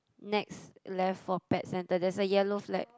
next left for pet centre there's a yellow flag